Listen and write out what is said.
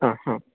ആ ഹാ